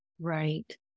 Right